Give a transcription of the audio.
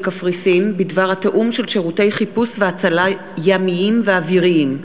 קפריסין בדבר התיאום של שירותי חיפוש והצלה ימיים ואוויריים,